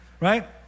right